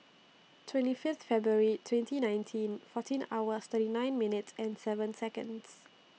twenty Fifth February twenty nineteen fourteen hours thirty nine minutes and seven Seconds